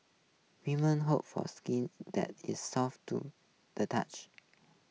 women hope for skin that is soft to the touch